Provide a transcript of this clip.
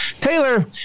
Taylor